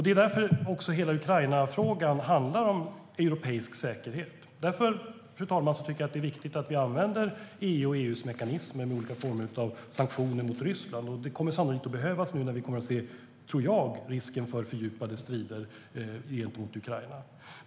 Det är därför hela Ukrainafrågan handlar om europeisk säkerhet. Därför, fru talman, tycker jag att det är viktigt att vi använder EU och EU:s mekanismer i form av olika sanktioner mot Ryssland. Det kommer sannolikt att behövas nu när det - tror jag - finns risk att vi kommer att se fördjupade strider mot Ukraina.